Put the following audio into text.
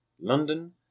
London